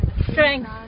strength